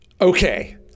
Okay